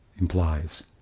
implies